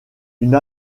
une